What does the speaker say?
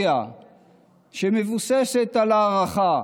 יש לי תיאוריה, שמבוססת על הערכה: